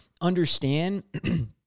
understand